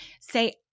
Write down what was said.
say